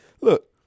Look